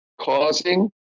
causing